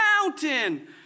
mountain